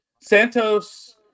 Santos